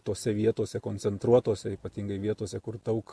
tose vietose koncentruotose ypatingai vietose kur daug